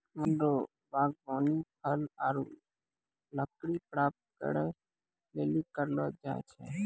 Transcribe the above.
वन रो वागबानी फल आरु लकड़ी प्राप्त करै लेली करलो जाय छै